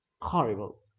horrible